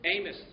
Amos